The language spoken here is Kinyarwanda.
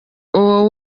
uwo